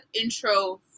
intro